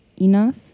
enough